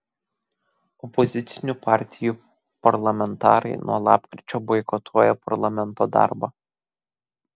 opozicinių partijų parlamentarai nuo lapkričio boikotuoja parlamento darbą